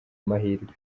amahirwe